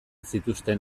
zituzten